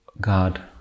God